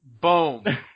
Boom